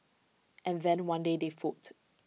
and then one day they fought